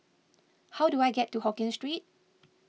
how do I get to Hokkien Street